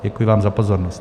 Děkuji vám za pozornost.